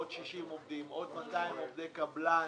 עוד 60 עובדים, עוד 200 עובדי קבלן.